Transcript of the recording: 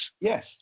Yes